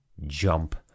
jump